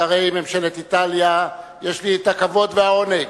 שרי ממשלת איטליה, יש לי הכבוד והעונג